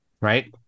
right